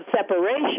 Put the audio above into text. separation